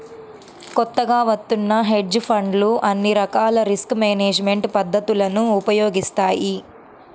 కొత్తగా వత్తున్న హెడ్జ్ ఫండ్లు అన్ని రకాల రిస్క్ మేనేజ్మెంట్ పద్ధతులను ఉపయోగిస్తాయి